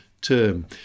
term